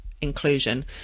inclusion